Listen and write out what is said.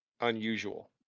unusual